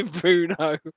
Bruno